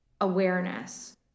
awareness